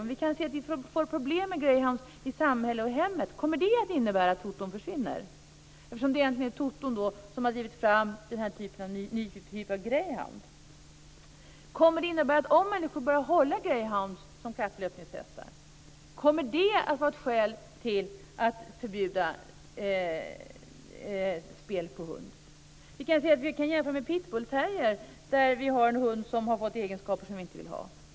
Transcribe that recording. Om vi kan se att vi får problem med greyhound i samhället och i hemmen, kommer det då att innebära att toton försvinner? Det är ju egentligen toton som driver fram den här nya typen av greyhound. Om människor börjar hålla greyhounds på samma sätt som kapplöpningshästar, kommer det i så fall att vara ett skäl att förbjuda spel på hund? Vi kan jämföra med pitbullterrier. Där har vi en hund som har fått egenskaper som vi inte vill ha.